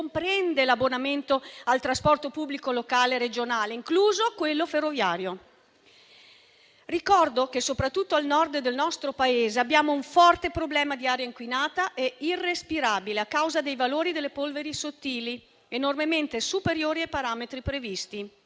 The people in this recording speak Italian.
comprende l'abbonamento al trasporto pubblico locale regionale, incluso quello ferroviario. Ricordo che, soprattutto al Nord del nostro Paese, abbiamo un forte problema di aria inquinata e irrespirabile a causa dei valori delle polveri sottili, enormemente superiori ai parametri previsti.